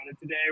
today